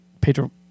Pedro